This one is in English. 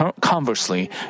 Conversely